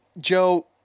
Joe